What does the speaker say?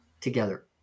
together